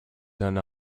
done